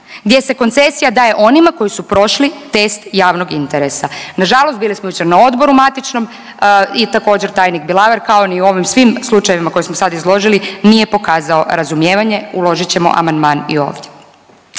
gdje se koncesija daje onima koji su prošli test javnog interesa. Nažalost bili smo jučer na odboru matičnom i također, tajnik Bilaver, kao ni u ovim svim slučajevima koje smo sad izložili, nije pokazao razumijevanje, uložit ćemo amandman i ovdje.